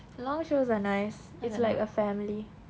long shows are nice it's like a family